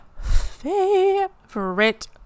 favorite